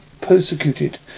persecuted